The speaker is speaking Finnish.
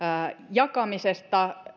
jakamisesta